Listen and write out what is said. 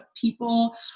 people